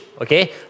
Okay